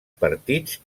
partits